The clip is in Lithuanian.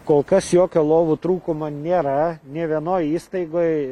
kol kas jokio lovų trūkumo nėra nė vienoj įstaigoj